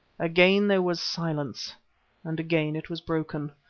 again there was silence and again it was broken,